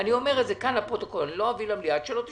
אבל אני אומר כאן לפרוטוקול שאני לא אביא למליאה עד שלא תשבו.